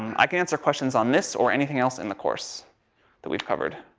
i can answer questions on this, or anything else in the course that we've covered.